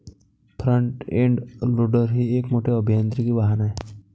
front end loader हे एक मोठे अभियांत्रिकी वाहन आहे